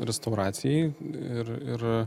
restauracijai ir ir